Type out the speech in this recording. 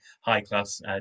high-class